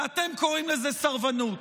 ואתם קוראים לזה סרבנות,